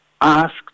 asked